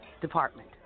department